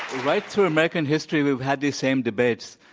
right through american history, we've had these same debates,